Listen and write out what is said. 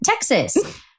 Texas